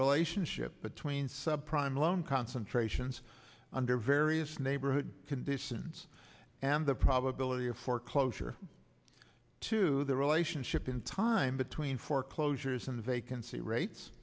relationship between subprime loan concentrations under various neighborhood conditions and the probability of foreclosure to the relationship in time between foreclosures and vacancy rates